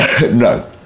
No